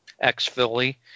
ex-Philly